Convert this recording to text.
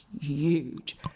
huge